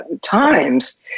times